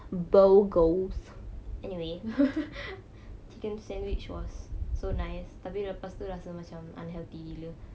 anyway chicken sandwich was so nice tapi lepas tu rasa macam unhealthy gila